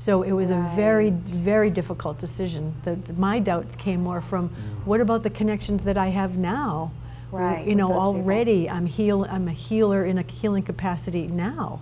so it was a very very difficult decision to have my doubts came more from what about the connections that i have now right you know already i'm healed i'm a healer in a killing capacity now